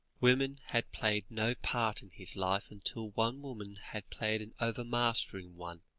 women had played no part in his life, until one woman had played an overmastering one